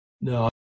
No